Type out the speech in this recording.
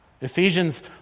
Ephesians